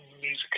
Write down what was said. music